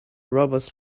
robbers